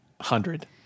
Hundred